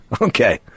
Okay